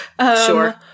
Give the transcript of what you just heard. Sure